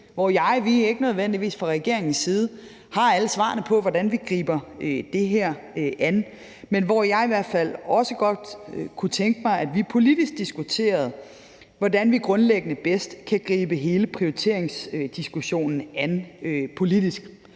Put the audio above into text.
side ikke nødvendigvis har alle svarene på, hvordan vi griber det her an. Jeg kunne i hvert fald også godt tænke mig, at vi diskuterede, hvordan vi grundlæggende bedst kan gribe hele prioriteringsdiskussionen an politisk,